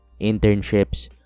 internships